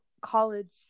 college